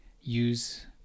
use